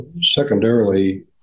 secondarily